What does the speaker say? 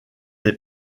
est